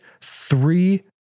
three